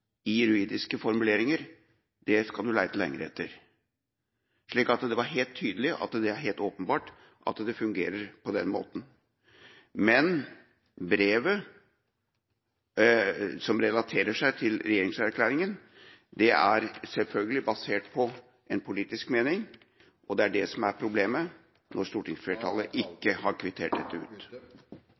i juridiske formuleringer enn hva han holdt, kan du lete lenge etter. Det var helt tydelig og åpenbart at det fungerer på den måten. Men brevet, som relaterer seg til regjeringserklæringa, er selvfølgelig basert på en politisk mening. Det er det som er problemet når stortingsflertallet ikke har kvittert dette ut.